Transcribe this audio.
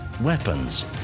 weapons